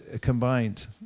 combined